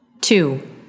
Two